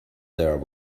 there